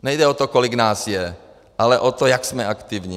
Nejde o to, kolik nás je, ale o to, jak jsme aktivní.